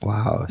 Wow